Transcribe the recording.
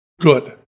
good